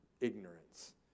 Ignorance